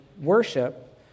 worship